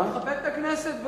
הוא מכבד את הכנסת ובא,